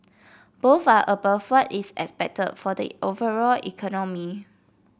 both are above what is expected for the overall economy